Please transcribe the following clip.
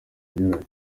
anyuranye